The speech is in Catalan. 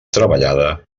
treballada